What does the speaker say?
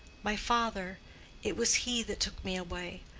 my father it was he that took me away.